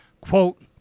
Quote